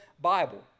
Bible